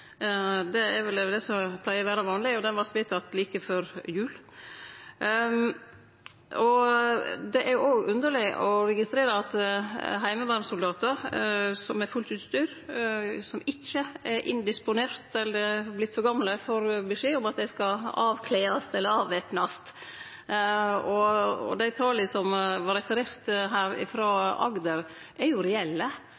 Det er vel det som pleier å vere vanleg – og han vart vedteken like før jul. Det er òg underleg å registrere at heimevernssoldatar med fullt utstyr som ikkje er indisponerte eller vortne for gamle, får beskjed om at dei skal «avkledast» eller avvæpnast. Dei tala som her var